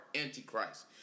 Antichrist